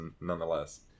nonetheless